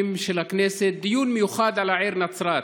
של הכנסת דיון מיוחד על העיר נצרת.